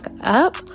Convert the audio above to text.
up